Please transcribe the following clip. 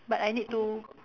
but I need to